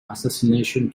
assassination